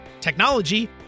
technology